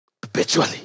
Perpetually